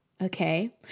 Okay